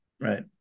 right